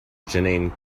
jeanne